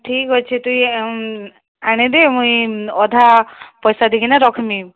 ଠିକ୍ ଅଛି ତୁଇ ଆଣିଦେ ମୁଇଁ ଅଧା ପଇସା ଦେଇକିନା ରଖମି